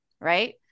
right